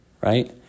right